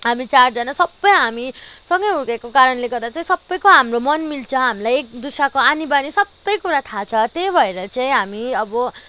हामी चारजना सबै हामी सँगै हुर्केको कारणले गर्दा चाहिँ सबैको हाम्रो मन मिल्छ हामीलाई एकदोस्राको आनीबानी सबै कुरा थाहा छ त्यही भएर चाहिँ हामी अब